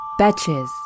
Betches